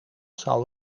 zou